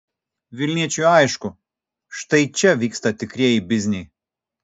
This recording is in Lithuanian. vilniečiui aišku štai čia vyksta tikrieji bizniai